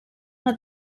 una